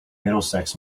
middlesex